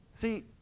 See